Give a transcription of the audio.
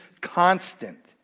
constant